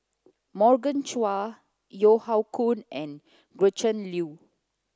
Morgan Chua Yeo Hoe Koon and Gretchen Liu